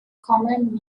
common